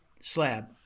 slab